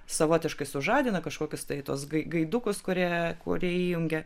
savotiškai sužadina kažkokius tai tuos gai gaidukus kurie kurie įjungia